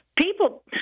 people